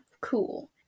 cool